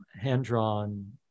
hand-drawn